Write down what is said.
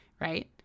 right